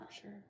Sure